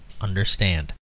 understand